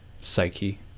psyche